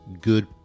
good